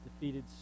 Defeated